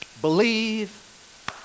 believe